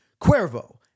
Cuervo